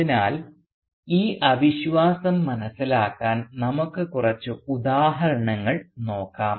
അതിനാൽ ഈ അവിശ്വാസം മനസിലാക്കാൻ നമുക്ക് കുറച്ച് ഉദാഹരണങ്ങൾ നോക്കാം